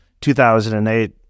2008